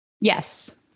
Yes